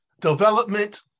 development